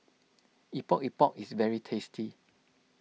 Epok Epok is very tasty